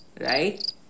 Right